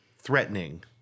Threatening